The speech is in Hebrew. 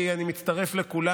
כי אני מצטרף לכולם.